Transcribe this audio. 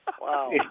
Wow